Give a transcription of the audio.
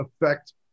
affect